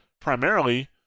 primarily